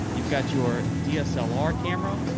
you've got your dslr camera,